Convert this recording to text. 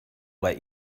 let